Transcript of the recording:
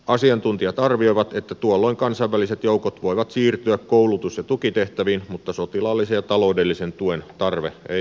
asiantuntijat arvioivat että tuolloin kansainväliset joukot voivat siirtyä koulutus ja tukitehtäviin mutta sotilaallisen ja taloudellisen tuen tarve ei poistu